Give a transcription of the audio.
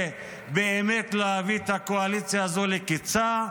באמת להביא את הקואליציה הזאת לקיצה,